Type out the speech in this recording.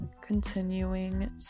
continuing